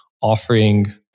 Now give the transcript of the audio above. offering